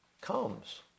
comes